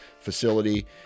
facility